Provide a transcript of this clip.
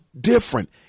different